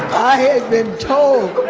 i had been told,